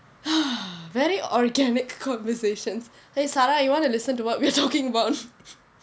very organic conversations eh sara you want to listen to what we are talking about